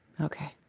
Okay